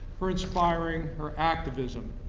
for inspiring her activism.